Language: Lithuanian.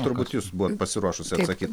turbūt jūs buvot pasiruošusi atsakyt